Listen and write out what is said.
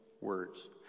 words